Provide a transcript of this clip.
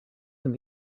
them